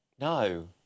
no